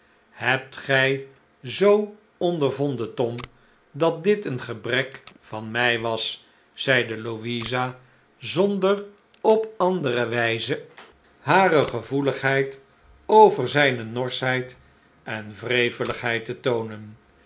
hebt gij zoo ondervonden tom dat dit een gebrek van mij was zeide louisa zonder op andere wijze hare gevoeligheid over zijne norschheid en wreveligheid te toonen